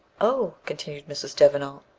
oh! continued mrs. devenant,